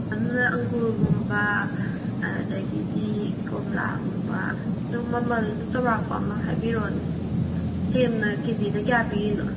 ꯑꯗꯨꯅ ꯑꯪꯒꯨꯔꯒꯨꯝꯕ ꯑꯗꯒꯤꯗꯤ ꯀꯣꯝꯂꯥꯒꯨꯝꯕ ꯑꯗꯣ ꯃꯃꯜꯗꯣ ꯆꯧꯔꯥꯛꯄ ꯑꯃ ꯍꯥꯏꯕꯤꯔꯛꯎꯅꯦ ꯁꯦꯝꯅ ꯀꯦꯖꯤꯗ ꯀꯌꯥ ꯄꯤꯔꯤꯅꯣ